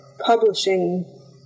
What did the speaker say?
publishing